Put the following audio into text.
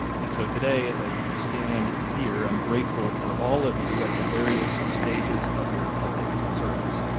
and so today, as i stand here i am grateful for all of you at the various stages of your public service.